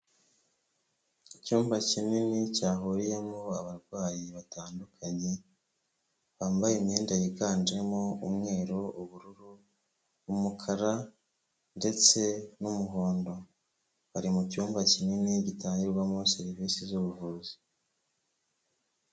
Icyumba kinini cyahuriyemo abarwayi batandukanye, bambaye imyenda yiganjemo umweru, ubururu, umukara ndetse n'umuhondo, bari mu cyumba kinini gitangirwamo serivisi z'ubuvuzi.